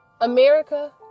America